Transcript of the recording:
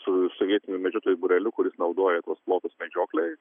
su su vietiniu medžiotojų būreliu kuris naudoja tuos plotus medžioklei